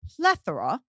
plethora